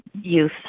youth